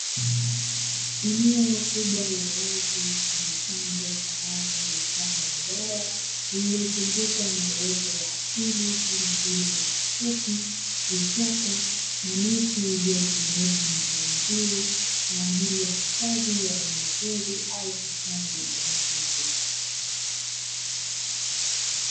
Eneo kubwa la wazi lenye chanzo cha maji mfano wa bwawa lililozungukwa na uoto wa asili kama vile; nyasi fupi, vichaka na miti. Iliyotengeneza mandhari nzuri kwa ajili ya hifadhi ya wanyama pori au hifadhi ya misitu.